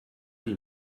die